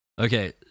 Okay